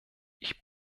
ich